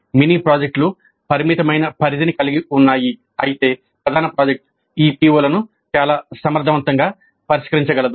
mini ప్రాజెక్టులు పరిమితమైన పరిధిని కలిగి ఉన్నాయి అయితే ప్రధాన ప్రాజెక్ట్ ఈ PO లను చాలా సమర్థవంతంగా పరిష్కరించగలదు